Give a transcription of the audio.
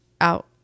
out